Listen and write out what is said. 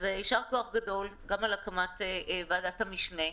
יישר-כוח גדול גם על הקמת ועדת המשנה.